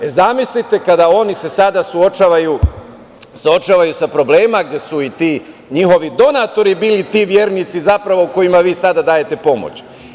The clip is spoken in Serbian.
Zamislite, kada se oni sada suočavaju sa problemima gde su i ti njihovi donatori bili ti vernici kojima vi sada dajete pomoć.